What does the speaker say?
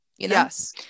Yes